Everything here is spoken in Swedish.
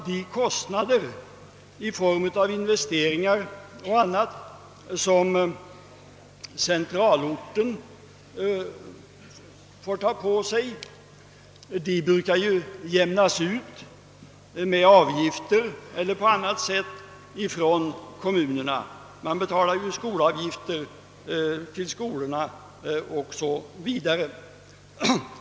De kostnader i form av investeringar m.m. som centralorterna får ta på sig brukar ju jämnas ut genom avgifter eller på annat sätt via kommunerna — man betalar skolavgifter till skolorna o.s.v.